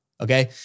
okay